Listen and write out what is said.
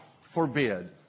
forbid